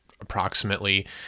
approximately